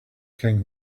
king